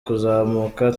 kuzamuka